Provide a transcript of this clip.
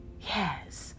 Yes